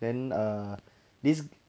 then err this